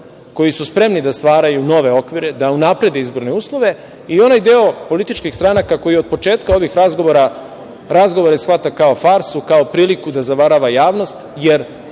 koji su spremni da stvaraju nove okvire, da unaprede izborne uslove i onaj deo političkih stranaka koji od početka ovih razgovora, razgovore shvata kao farsu, kao priliku da zavarava javnost, jer